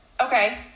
Okay